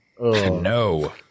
No